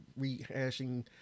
rehashing